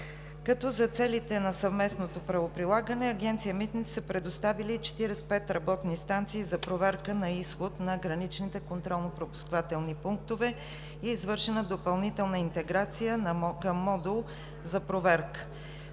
като за целите на съвместното правоприлагане от Агенция „Митници“ са предоставили 45 работни станции за проверка на изход на граничните контролни пропускателни пунктове и е извършена допълнителна интеграция към модул за проверка.